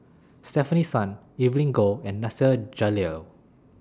Stefanie Sun Evelyn Goh and Nasir Jalil